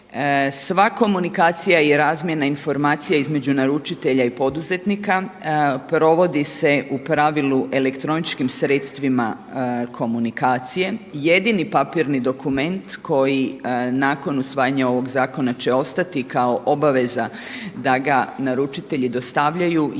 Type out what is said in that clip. Sva komunikacija i razmjena informacija između naručitelja i poduzetnika provodi se u pravilu elektroničkim sredstvima komunikacije. Jedini papirni dokument koji nakon usvajanja ovog zakona će ostati kao obaveza da ga naručitelji dostavljaju jesu